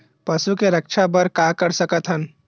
पशु के रक्षा बर का कर सकत हन?